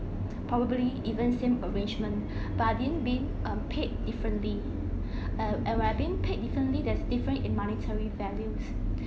probably even same arrangement but then being um paid differently uh and while being paid differently there's different in monetary values